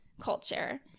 culture